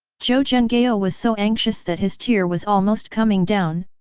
zhou zhenghao ah was so anxious that his tear was almost coming down,